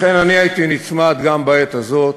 לכן אני הייתי נצמד, גם בעת הזאת,